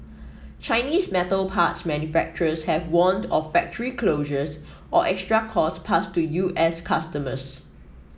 Chinese metal parts manufacturers have warned of factory closures or extra cost passed to U S customers